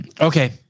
Okay